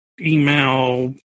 email